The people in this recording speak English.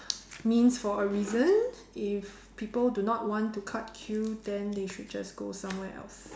means for a reason if people do not want to cut queue then they should just go somewhere else